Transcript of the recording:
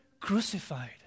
crucified